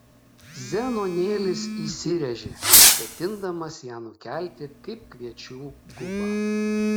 zenonėlis įsiręžė ketindamas ją nukelti kaip kviečių gubą